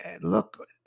look